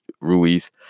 Ruiz